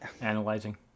analyzing